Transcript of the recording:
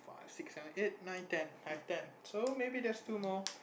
five six seven eight nine ten I've ten so maybe there's two more